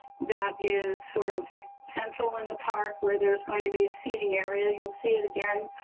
that is sort of central in the park where there's going to be a seating area you'll see it again.